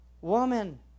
Woman